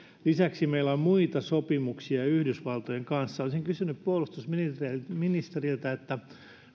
lisäksi meillä on muita sopimuksia yhdysvaltojen kanssa olisin kysynyt puolustusministeriltä että